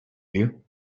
you